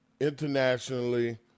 internationally